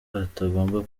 atagomba